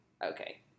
Okay